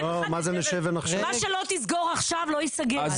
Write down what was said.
מה שלא תסגור עכשיו לא ייסגר.